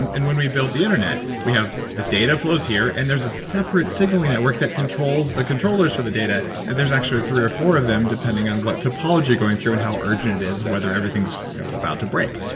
and and when we build the internet we have. the data flows here and there's a separate signaling network that controls the controllers for the data. there's actually three or four of them, depending on what topology you're going through and how urgent it is, whether everything's about to break.